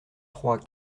trois